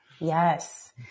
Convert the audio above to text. Yes